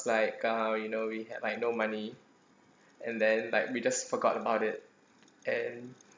like uh you know we have like no money and then like we just forgot about it and